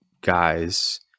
guys